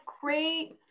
great